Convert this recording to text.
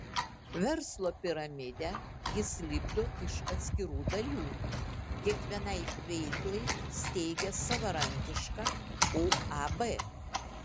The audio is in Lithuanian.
verslo piramidę jis lipdo iš atskirų dalių kiekvienai veiklai steigia savarankišką uab